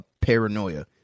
paranoia